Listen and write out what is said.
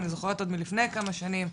אני זוכרת עוד מלפני כמה שנים,